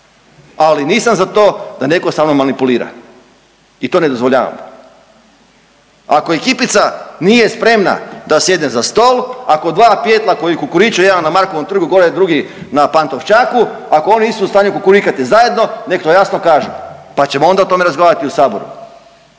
ali nisam za to da netko sa mnom manipulira i to ne dozvoljavam. Ako ekipica nije spremna da sjedne za stol, ako dva pijetla koji kukuriću jedan na Markovom trgu gore, drugi na Pantovčaku, ako oni nisu u stanju kukurikati zajedno nek' to jasno kažu, pa ćemo onda o tome razgovarati u Saboru.